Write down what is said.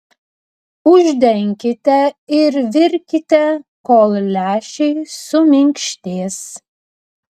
uždenkite ir virkite kol lęšiai suminkštės